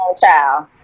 child